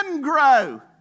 grow